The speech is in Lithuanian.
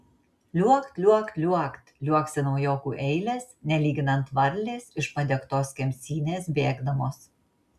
liuokt liuokt liuokt liuoksi naujokų eilės nelyginant varlės iš padegtos kemsynės bėgdamos